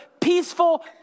peaceful